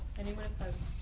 anyone opposed?